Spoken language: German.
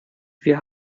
wir